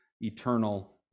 eternal